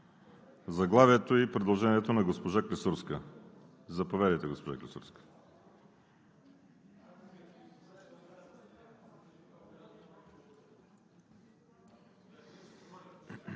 заглавието и предложението на госпожа Клисурска? Заповядайте, госпожо Клисурска.